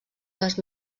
les